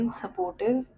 supportive